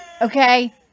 Okay